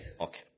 Okay